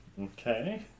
Okay